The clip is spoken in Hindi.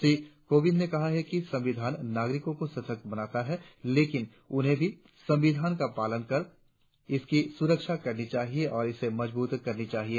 श्री कोविंद ने कहा कि संविधान नागरिकों को सशक्त बनाता है लेकिन उन्हें भी संविधान का पालन कर इसकी सुरक्षा करनी चाहिए और इसे मजबूत करना चाहिए